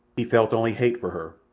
he felt only hate for her,